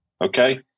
Okay